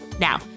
Now